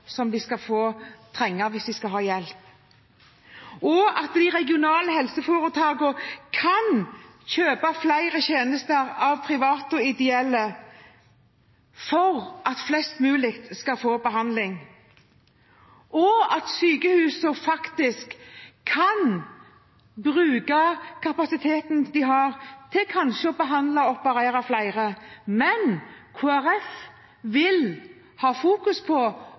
få hjelp – og også at de regionale helseforetakene kan kjøpe flere tjenester av private og ideelle for at flest mulig skal få behandling, og at sykehusene faktisk kan bruke kapasiteten de har, til kanskje å behandle og operere flere. Men Kristelig Folkeparti vil fokusere på